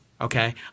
okay